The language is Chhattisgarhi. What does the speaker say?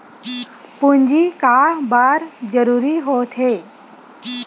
पूंजी का बार जरूरी हो थे?